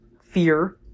fear